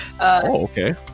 okay